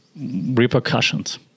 repercussions